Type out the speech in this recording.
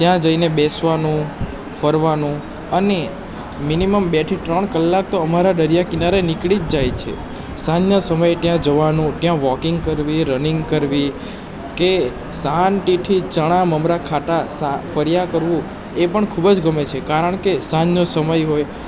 ત્યાં જઈને બેસવાનું ફરવાનું અને મિનિમમ બે થી ત્રણ કલાક તો અમારા દરિયા કિનારે નીકળી જ જાય છે સાંજના સમયે ત્યાં જવાનું ત્યાં વોકિંગ કરવી રનિંગ કરવી કે શાંતિથી ચણા મમરા ખાતા ફર્યા કરવું એ પણ ખૂબ જ ગમે છે કારણ કે સાંજનો સમય હોય